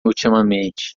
ultimamente